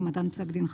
עם מתן פסק דין חלוט,